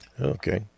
okay